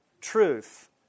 truth